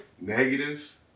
negative